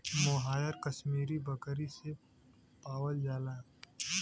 मोहायर कशमीरी बकरी से पावल जाला